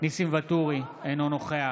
ניסים ואטורי, אינו נוכח